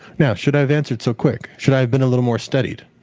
now, should i have answered so quick? should i have been a little more studied?